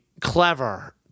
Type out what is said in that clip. clever